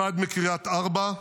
אחד מקריית ארבע,